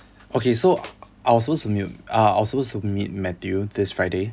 okay so I was supposed to mute uh I was supposed to meet matthew this friday